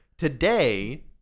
Today